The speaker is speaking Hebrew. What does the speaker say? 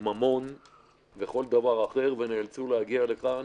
ממון וכל דבר אחר, ונאלצו להגיע לכאן